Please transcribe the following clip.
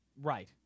Right